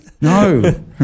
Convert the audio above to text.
No